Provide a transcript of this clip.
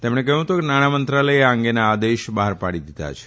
તેમણે કહયું હતું કે નાણાં મંત્રાલયે આ અંગેના આદેશ બહાર પાડી દીધા છે